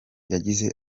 yagize